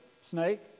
snake